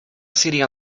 city